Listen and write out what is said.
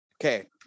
Okay